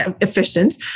efficient